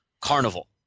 carnival